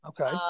Okay